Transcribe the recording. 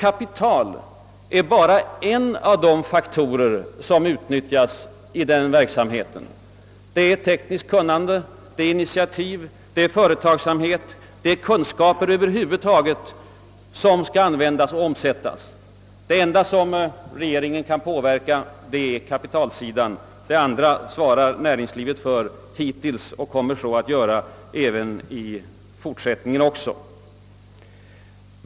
Kapital är bara en av de faktorer som därvid utnyttjas. Tekniskt kunnande, initiativ, företagsamhet och kunskaper över huvud taget måste komma till användning. Det enda som regeringen kan påverka är kapitalförhållandena, medan näringslivet, i fortsättningen liksom hittills, självt kommer att svara för de andra.